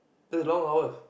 that's long hours